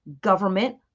government